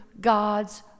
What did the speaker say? God's